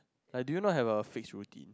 like do you know have a fix routine